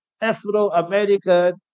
Afro-American